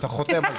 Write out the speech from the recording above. אתה חותם על זה?